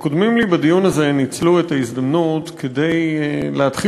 הקודמים לי בדיון הזה ניצלו את ההזדמנות כדי להתחיל